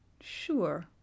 Sure